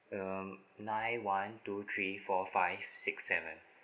um nine one two three four five six seven